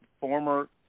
former